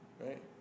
right